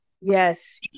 Yes